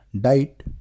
diet